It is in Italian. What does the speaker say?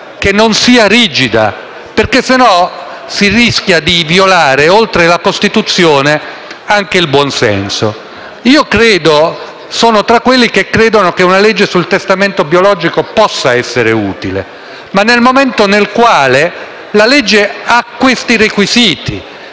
grazie a tutti